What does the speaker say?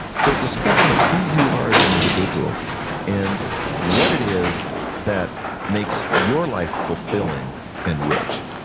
so discovering who you are as an individual and what it is that makes your life fulfilling and rich,